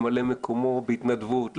ממלא מקומו בהתנדבות.